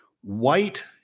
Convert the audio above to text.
White